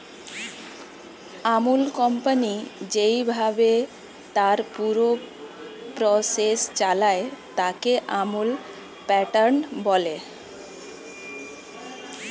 আমূল company যেইভাবে তার পুরো প্রসেস চালায়, তাকে আমূল প্যাটার্ন বলে